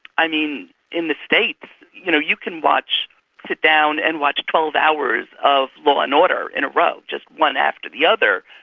i mean in the states you know you can sit down and watch twelve hours of law and order in a row, just one after the other.